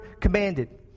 commanded